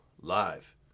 live